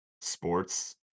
sports